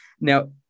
Now